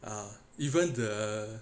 ah even the